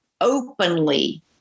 openly